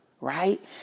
right